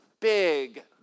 big